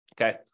okay